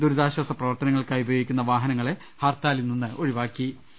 ദുരി താശ്വാസ പ്രവർത്തനങ്ങൾക്കായി ഉപയോഗിക്കുന്ന വാഹനങ്ങളെ ഹർത്താ ലിൽ നിന്ന് ഒഴിവാക്കിയിട്ടുണ്ട്